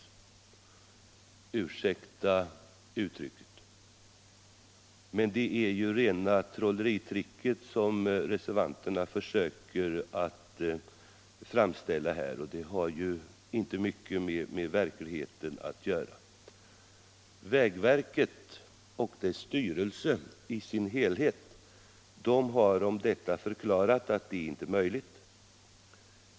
Ursäkta uttrycket, men det är ju rena trolleritricket som reservanterna försöker framställa här, och det har inte mycket med verkligheten att göra! Vägverket och dess styrelse har i sin helhet om detta förklarat att det inte är möjligt.